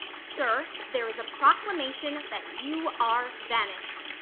sir, there is a proclamation that you are vanished.